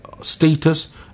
status